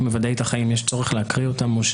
מוודא איתך האם יש צורך להקריא אותן.